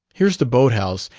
here's the boat-house,